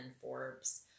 Forbes